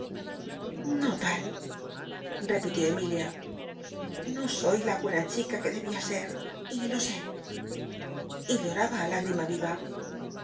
no tal repitiu emilia no soy la buena y lo sé y lloraba lágrima viva